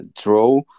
draw